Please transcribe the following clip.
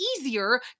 easier